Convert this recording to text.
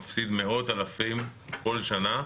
וכל עדר כזה מפסיד מאות אלפים בכל שנה.